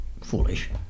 foolish